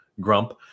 Grump